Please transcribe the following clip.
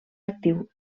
actiu